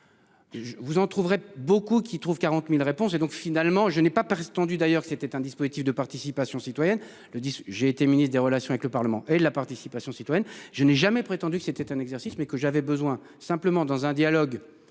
vous en trouverez beaucoup qui trouvent 40.000 réponses et donc finalement, je n'ai pas perdu. D'ailleurs c'était un dispositif de participation citoyenne. Le 10 j'ai été ministre des Relations avec le Parlement et de la participation citoyenne. Je n'ai jamais prétendu que c'était un exercice mais que j'avais besoin simplement dans un dialogue